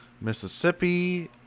Mississippi